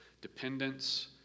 Dependence